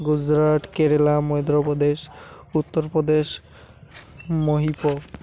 Gujarat Kerala Madhya Pradesh Uttar Pradesh Mahipur